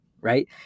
Right